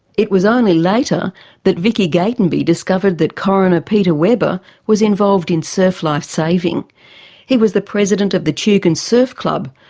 it was only later that vicky gatenby discovered that coroner peter webber was involved in surf lifesaving. he was the president of the tugun and surf club,